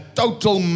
total